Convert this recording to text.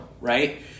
right